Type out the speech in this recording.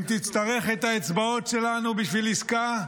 אם תצטרך את האצבעות שלנו בשביל עסקה,